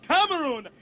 Cameroon